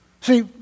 See